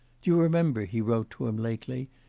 do you remember he wrote to him lately,